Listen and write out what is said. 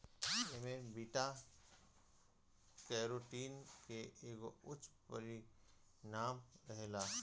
एमे beta carotene के एगो उच्च परिमाण रहेला